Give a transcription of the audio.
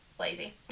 Lazy